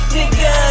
nigga